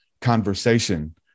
conversation